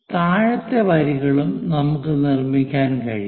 താഴത്തെ വരികളും നമുക്ക് നിർമ്മിക്കാൻ കഴിയും